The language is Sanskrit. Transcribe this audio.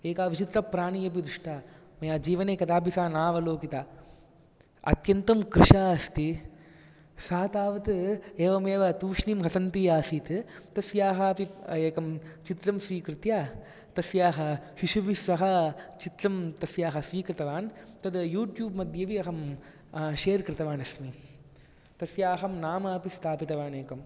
एका विचित्रप्राणि अपि दृष्टा मया जीवने कदापि सा न अवलोकिता अत्यन्तं कृशा अस्ति सा तावत् एवमेव तूष्णीं हसन्ती आसीत् तस्याः अपि एकं चित्रं स्वीकृत्य तस्याः शिशुभिस्सह चित्रं तस्याः स्वीकृतवान् तत् यूट्यूब् मद्येऽपि अहं शेर् कृतवान् अस्मि तस्याहं नाम अपि स्थापितवान् एकम्